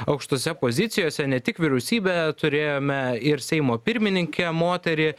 aukštose pozicijose ne tik vyriausybė turėjome ir seimo pirmininkę moterį